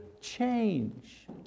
change